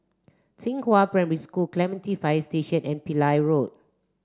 Xinghua Primary School Clementi Fire Station and Pillai Road